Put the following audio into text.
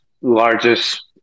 largest